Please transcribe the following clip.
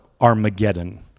Armageddon